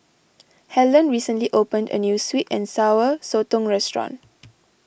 Hellen recently opened a New Sweet and Sour Sotong Restaurant